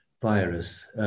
virus